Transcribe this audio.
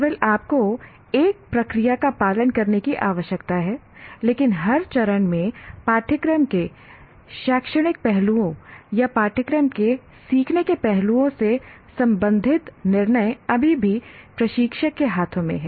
केवल आपको एक प्रक्रिया का पालन करने की आवश्यकता है लेकिन हर चरण में पाठ्यक्रम के शैक्षणिक पहलुओं या पाठ्यक्रम के सीखने के पहलुओं से संबंधित निर्णय अभी भी प्रशिक्षक के हाथों में हैं